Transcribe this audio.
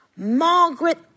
Margaret